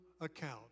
account